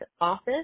office